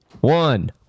one